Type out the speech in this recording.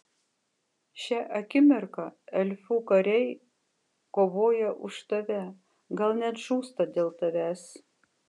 šią akimirką elfų kariai kovoja už tave gal net žūsta dėl tavęs